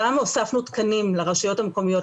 גם הוספנו תקנים לרשויות המקומיות,